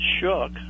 shook